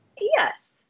Yes